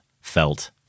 felt